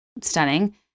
stunning